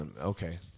Okay